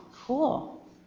Cool